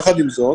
יחד עם זאת